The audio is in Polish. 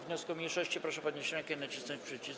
wniosku mniejszości, proszę podnieść rękę i nacisnąć przycisk.